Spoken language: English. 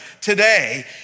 today